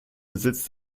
besitz